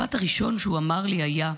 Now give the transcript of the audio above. המשפט הראשון שהוא אמר לי היה: